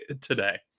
today